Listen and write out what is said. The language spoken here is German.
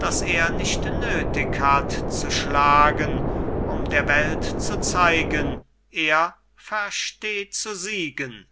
daß er nicht nötig hat zu schlagen um der welt zu zeigen er versteh zu siegen